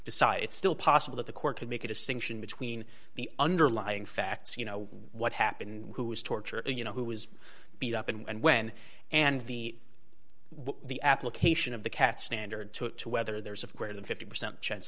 decide it's still possible that the court could make a distinction between the underlying facts you know what happened who was tortured you know who was beat up and when and the what the application of the cat standard to it to whether there's a great in fifty percent chance